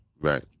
Right